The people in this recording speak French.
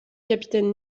capitaine